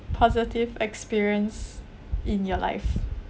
positive experience in your life